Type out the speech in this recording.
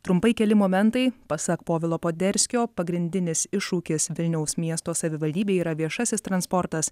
trumpai keli momentai pasak povilo poderskio pagrindinis iššūkis vilniaus miesto savivaldybei yra viešasis transportas